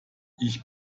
ich